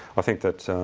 i think that so